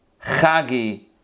Chagi